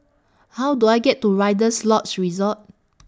How Do I get to Rider's Lodge Resort